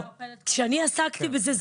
אבל כשאני עסקתי בזה,